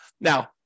Now